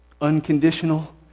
unconditional